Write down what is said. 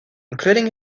including